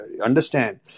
understand